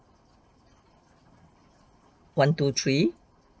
one two three